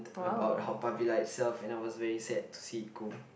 about Haw-Par-Villa itself and I was very sad to see it go